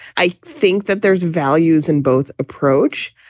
i think that there's values in both approach,